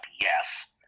yes